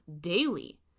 daily